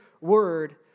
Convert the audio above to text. word